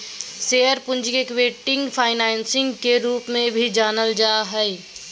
share पूंजी के equity financing के रूप में भी जानल जा हइ